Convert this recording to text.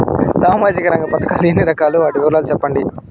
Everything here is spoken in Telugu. సామాజిక రంగ పథకాలు ఎన్ని రకాలు? వాటి వివరాలు సెప్పండి